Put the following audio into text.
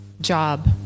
job